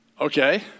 okay